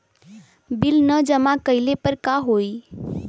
Bill न जमा कइले पर का होई?